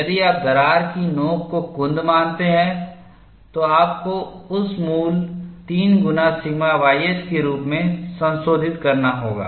यदि आप दरार की नोक को कुंद मानते हैं तो आपको उस मूल 3 गुना सिग्मा ys के रूप में संशोधित करना होगा